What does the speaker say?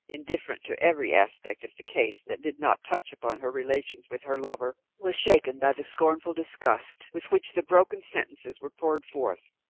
indifferent to every aspect of the case that did not touch upon her relations with her lover, was shaken by the scornful disgust with which the broken sentences were poured forth